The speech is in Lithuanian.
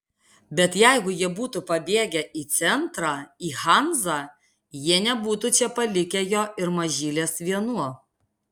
bet jeigu jie būtų pabėgę į centrą į hanzą jie nebūtų čia palikę jo ir mažylės vienų